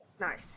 Nice